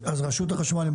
החשמל.